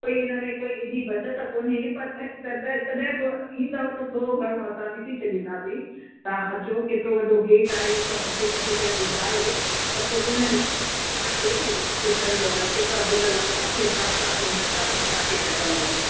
त इन में कोई एॾी बचति कोन्हे पर तॾहिं तॾहिं बि ईंदो त थोरो घणो असां ॾिसी छॾींदासीं तव्हां अचो केतिरो वॾो गेट आहे इहो सभु अची करे ॿुधायो त पोइ उन हिसाब सां तव्हांखे टोटल केतिरा गुल लॻंदा हिसाब सां पोइ उन हिसाब सां तव्हांखे पेसा लॻाईंदा